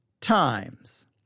times